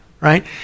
Right